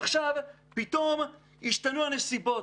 עכשיו, פתאום השתנו הנסיבות.